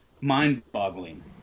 mind-boggling